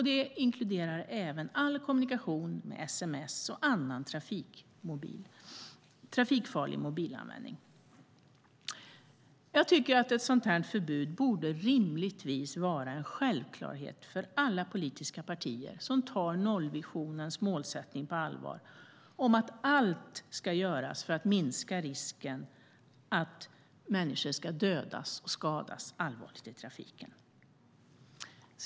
Det inkluderar även all kommunikation med sms och annan trafikfarlig mobilanvändning. Jag tycker att ett sådant förbud rimligtvis borde vara en självklarhet för alla politiska partier som tar nollvisionens målsättning på allvar, det vill säga att allt ska göras för att minska risken för att människor dödas eller skadas allvarligt i trafiken.